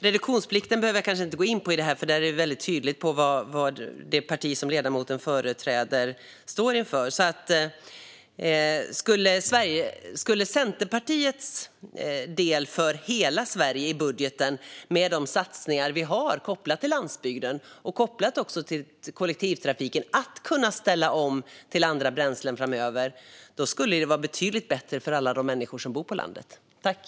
Reduktionsplikten kanske jag inte behöver gå in på nu eftersom det är väldigt tydligt vad det parti som ledamoten företräder står för. Med Centerpartiets budgetförslag för hela Sverige, med de satsningar som vi har kopplade till landsbygden och kopplade till kollektivtrafiken att kunna ställa om till andra bränslen framöver, skulle det bli betydligt bättre för alla de människor som bor på landsbygden.